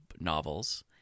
novels